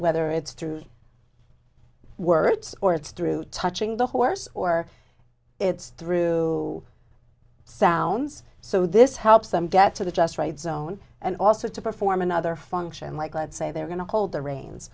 whether it's through words or it's through touching the horse or it's through sounds so this helps them get to the just right zone and also to perform another function like let's say they're going to hold the reins